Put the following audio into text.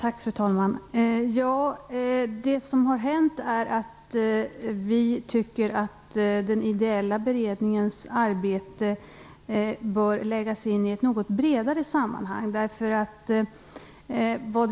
Fru talman! Det som har hänt är att vi har tyckt att den ideella beredningens arbete bör sättas in i ett något bredare sammanhang.